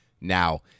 Now